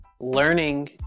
learning